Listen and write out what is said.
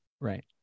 right